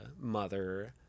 mother